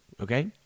okay